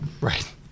Right